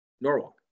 Norwalk